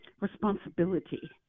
responsibility